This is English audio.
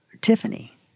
Tiffany